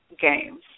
games